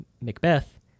Macbeth